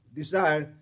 desire